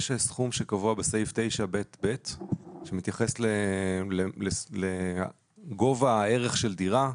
יש סעיף שקבוע בסעיף 9ב(ב) שמתייחס לגובה הערך של דירה,